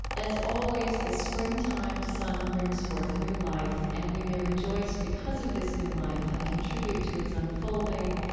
as always, the springtime sun brings forth new life, and we may rejoice because of this new life and contribute to its unfolding.